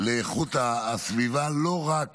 לאיכות הסביבה לא רק